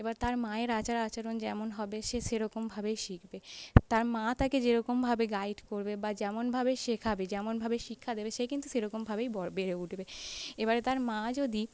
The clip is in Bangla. এবার তার মায়ের আচার আচরণ যেমন হবে সে সেরকম ভাবেই শিখবে তার মা তাকে যেরকম ভাবে গাইড করবে বা যেমন ভাবে শেখাবে যেমন ভাবে শিক্ষা দেবে সে কিন্তু সেরকম ভাবেই বড় বেড়ে উঠবে এবারে তার মা যদি